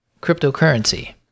cryptocurrency